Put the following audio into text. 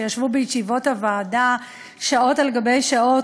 שישבו בישיבות הוועדה שעות על גבי שעות,